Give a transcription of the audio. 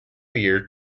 year